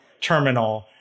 terminal